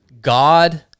God